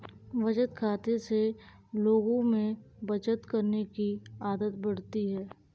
बचत खाते से लोगों में बचत करने की आदत बढ़ती है